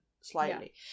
slightly